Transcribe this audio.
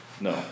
No